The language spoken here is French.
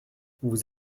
vous